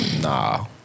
Nah